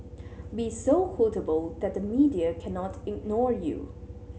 be so quotable that the media cannot ignore you